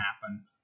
happen